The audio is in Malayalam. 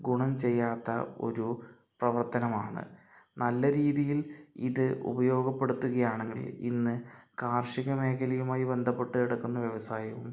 ഗുണം ചെയ്യാത്ത ഒരു പ്രവർത്തനമാണ് നല്ല രീതിയിൽ ഇത് ഉപയോഗപ്പെടുത്തുകയാണെങ്കിൽ ഇന്ന് കാർഷിക മേഖലയുമായി ബന്ധപ്പെട്ട് കിടക്കുന്ന വ്യവസായവും